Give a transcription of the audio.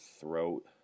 throat